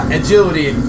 agility